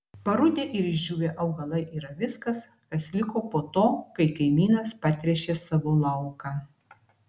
parudę ir išdžiūvę augalai yra viskas kas liko po to kai kaimynas patręšė savo lauką